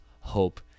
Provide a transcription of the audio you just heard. hope